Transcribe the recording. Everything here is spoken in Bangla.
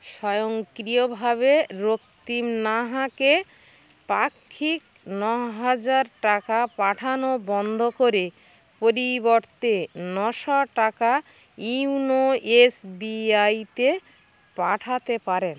স্বয়ংক্রিয়ভাবে রক্তিম নাহাকে পাক্ষিক ন হাজার টাকা পাঠানো বন্ধ করে পরিবর্তে নশো টাকা ইউনো এস বি আই তে পাঠাতে পারেন